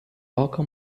toca